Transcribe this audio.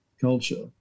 culture